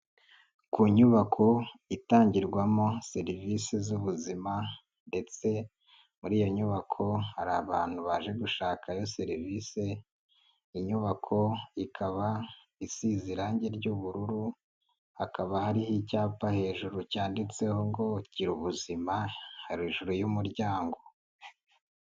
Ku nyubako itangirwamo serivisi z'ubuzima, ndetse muri iyo nyubako hari abantu baje gushakayo serivisi, inyubako ikaba isize irangi ry'ubururu, hakaba hariho icyapa hejuru cyanditseho ngo gira ubuzima hejuru y'umuryango.